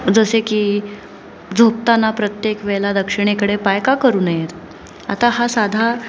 जसे की झोपताना प्रत्येक वेळेला दक्षिणेकडे पाय का करू नयेत आता हा साधा